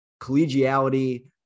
collegiality